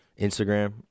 Instagram